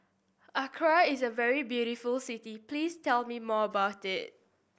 Accra is a very beautiful city please tell me more about it